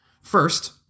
First